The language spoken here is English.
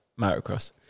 motocross